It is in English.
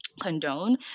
condone